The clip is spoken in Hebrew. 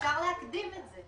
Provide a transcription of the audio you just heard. אפשר להקדים את זה.